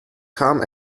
kam